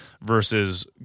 versus